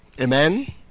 Amen